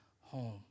home